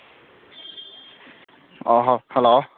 hello